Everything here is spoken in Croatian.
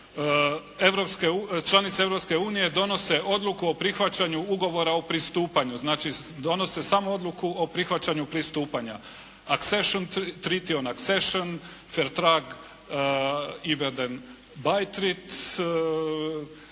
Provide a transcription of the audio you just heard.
unije donose odluku o prihvaćanju ugovora o pristupanju, znači donose samo odluku o prihvaćanju pristupanja. Accession treaty, accession … /Ne razumije se./